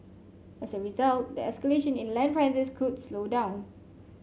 as a result the escalation in land prices could slow down